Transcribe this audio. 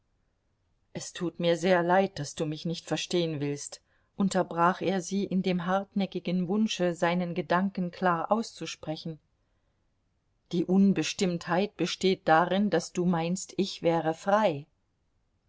es tut mir sehr leid daß du mich nicht verstehen willst unterbrach er sie in dem hartnäckigen wunsche seinen gedanken klar auszusprechen die unbestimmtheit besteht darin daß du meinst ich wäre frei